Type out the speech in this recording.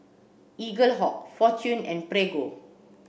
Eaglehawk Fortune and Prego